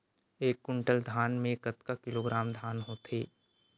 एक कुंटल धान में कतका किलोग्राम धान होथे?